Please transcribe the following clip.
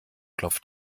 klopft